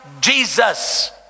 Jesus